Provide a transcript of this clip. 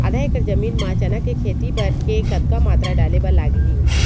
आधा एकड़ जमीन मा चना के खेती बर के कतका मात्रा डाले बर लागही?